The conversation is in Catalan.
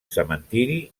cementiri